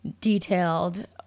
detailed